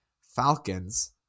Falcons